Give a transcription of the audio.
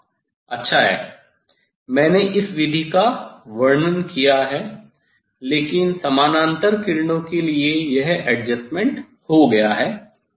हां अच्छा है मैंने इस विधि का वर्णन किया है लेकिन समानांतर किरणों के लिए यह एडजस्टमेंट हो गया है